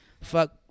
fuck